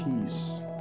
peace